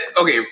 okay